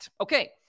Okay